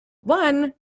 One